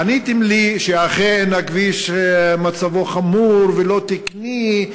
עניתם לי שאכן הכביש מצבו חמור ולא תקני,